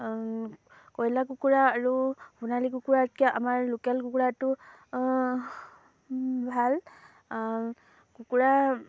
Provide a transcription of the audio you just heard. কয়লা কুকুৰা আৰু সোণালী কুকুৰাতকৈ আমাৰ লোকেল কুকুৰাটো ভাল কুকুৰা